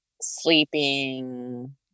sleeping